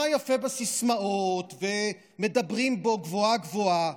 יפה בסיסמאות ומדברים בו גבוהה-גבוהה,